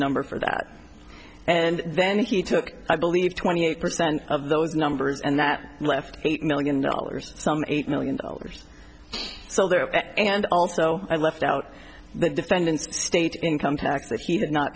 number for that and then he took i believe twenty eight percent of those numbers and that left eight million dollars some eight million dollars so there and also i left out the defendant's state income tax that he did not